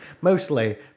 Mostly